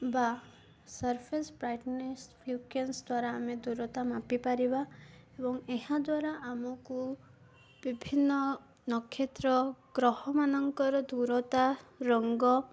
ବା surface brightness ଫୁକେନ୍ସ ଦ୍ୱାରା ଆମେ ଦୂରତା ମାପିପାରିବା ଏବଂ ଏହାଦ୍ୱାରା ଆମକୁ ବିଭିନ୍ନ ନକ୍ଷତ୍ର ଗ୍ରହମାନଙ୍କର ଦୂରତା ରଙ୍ଗ